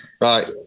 right